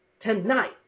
tonight